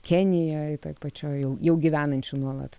kenijoj toj pačioj jau jau gyvenančių nuolat